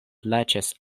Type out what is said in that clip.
plaĉas